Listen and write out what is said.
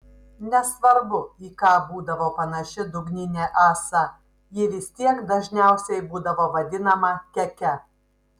nesvarbu į ką būdavo panaši dugninė ąsa ji vis tiek dažniausiai būdavo vadinama keke